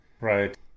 Right